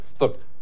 look